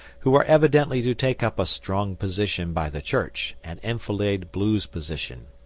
who are evidently to take up a strong position by the church and enfilade blue's position